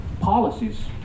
policies